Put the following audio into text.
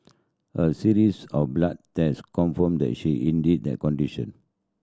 a series of blood test confirmed that she indeed the condition